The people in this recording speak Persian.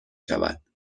شود